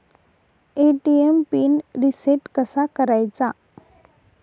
ATM PIN reset कसा करायचा?